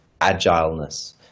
agileness